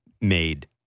made